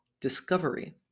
Discovery